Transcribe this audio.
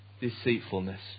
deceitfulness